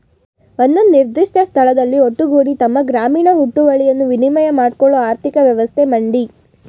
ಒಂದು ನಿರ್ದಿಷ್ಟ ಸ್ಥಳದಲ್ಲಿ ಒಟ್ಟುಗೂಡಿ ತಮ್ಮ ಗ್ರಾಮೀಣ ಹುಟ್ಟುವಳಿಗಳನ್ನು ವಿನಿಮಯ ಮಾಡ್ಕೊಳ್ಳೋ ಆರ್ಥಿಕ ವ್ಯವಸ್ಥೆ ಮಂಡಿ